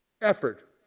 effort